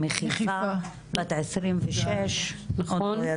מחיפה, בת 26. נכון.